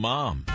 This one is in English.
Mom